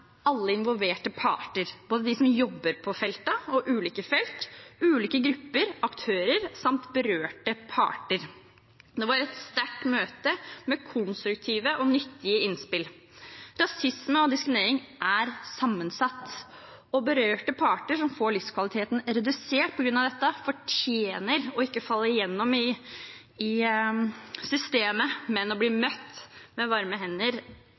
alle involverte parter, både de som jobber på feltet og ulike felt, ulike grupper og aktører samt berørte parter. Det var et sterkt møte med konstruktive og nyttige innspill. Rasisme og diskriminering er sammensatt, og berørte parter som får livskvaliteten sin redusert på grunn av dette, fortjener å ikke falle igjennom i systemet, men snarere å bli møtt med varme hender,